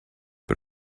but